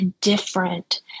different